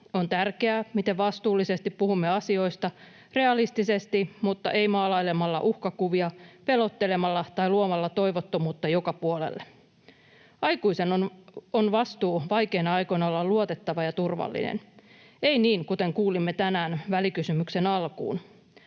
On tärkeää, miten vastuullisesti puhumme asioista, realistisesti mutta ei maalailemalla uhkakuvia, pelottelemalla tai luomalla toivottomuutta joka puolelle. Aikuisen on vastuu vaikeina aikoina olla luotettava ja turvallinen. Ei niin, kuten kuulimme tänään välikysymyksen alkuun: